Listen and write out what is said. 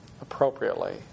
appropriately